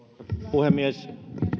puhemies